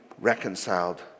reconciled